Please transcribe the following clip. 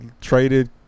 traded